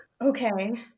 Okay